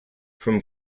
from